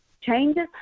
Changes